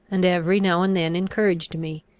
and every now and then encouraged me,